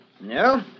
No